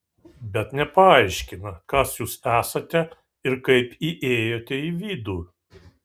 bet nepaaiškina kas jūs esate ir kaip įėjote į vidų